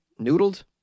Noodled